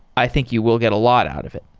i think you will get a lot out of it.